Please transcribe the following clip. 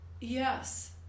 Yes